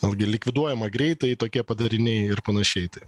vėlgi likviduojama greitai tokie padariniai ir panašiai tai